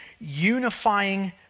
unifying